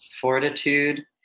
Fortitude